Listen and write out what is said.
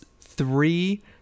three